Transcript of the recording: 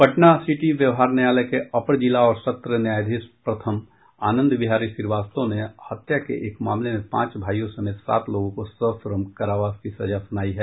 पटनासिटी व्यवहार न्यायालय के अपर जिला और सत्र न्यायाधीश प्रथम आनंद बिहारी श्रीवास्तव ने हत्या के एक मामले में पांच भाइयों समेत सात लोगो को सश्रम कारावास की सजा सुनायी है